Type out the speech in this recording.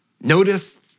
Notice